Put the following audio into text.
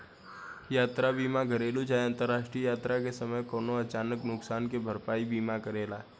यात्रा बीमा घरेलु चाहे अंतरराष्ट्रीय यात्रा के समय कवनो अचानक नुकसान के भरपाई बीमा करेला